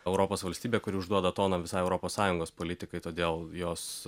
europos valstybė kuri užduoda toną visai europos sąjungos politikai todėl jos